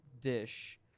dish